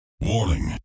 Warning